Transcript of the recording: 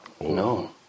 no